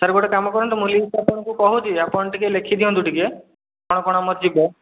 sir ଗୋଟେ କାମ କରନ୍ତୁ ମୁଁ ଲିଷ୍ଟ୍ ଆପଣଙ୍କୁ କହୁଛି ଆପଣ ଟିକେ ଲେଖିଦିଅନ୍ତୁ ଟିକେ କ'ଣ କ'ଣ ଆମର ଯିବ